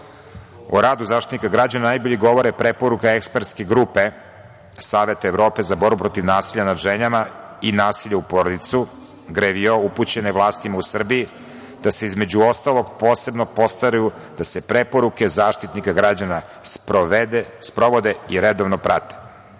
radu Zaštitnika građana najbolje govore preporuka Ekspertske grupe Saveta Evrope za borbu protiv nasilja nad ženama i nasilja u porodici, GREVIO, upućene vlastima u Srbiji da se, između ostalog, posebno postaraju da se preporuke Zaštitnika građana sprovode i redovno